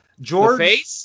George